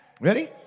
Ready